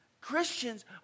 Christians